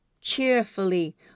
cheerfully